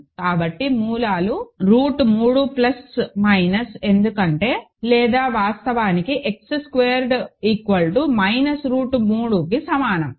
కాబట్టి మూలాలు root 3 plus minus ఎందుకంటే లేదా వాస్తవానికి X స్క్వేర్డ్ మైనస్ రూట్ 3కి సమానం